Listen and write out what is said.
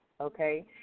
okay